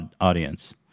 audience